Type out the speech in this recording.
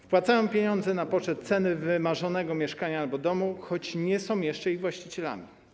Wpłacają pieniądze na poczet ceny wymarzonego mieszkania albo domu, choć nie są jeszcze jego właścicielem.